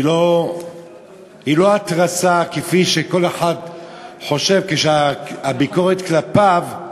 היא לא התרסה כפי שכל אחד חושב כשהביקורת כלפיו,